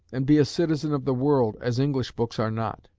and be a citizen of the world, as english books are not.